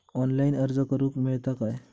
Online अर्ज करूक मेलता काय?